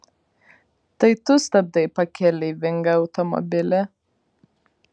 tai tu stabdai pakeleivingą automobilį